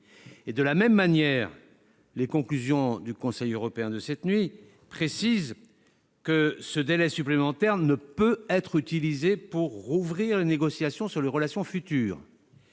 De la même manière, les conclusions du Conseil européen de cette nuit précisent que le délai supplémentaire ne peut pas être utilisé pour rouvrir les négociations sur les relations futures.